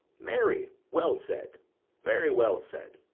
marry, well said very well said.